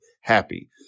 happy